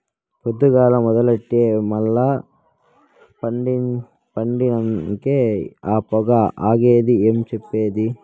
పొద్దుగాల మొదలెట్టి మల్ల పండినంకే ఆ పొగ ఆగేది ఏం చెప్పేది